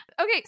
okay